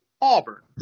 Auburn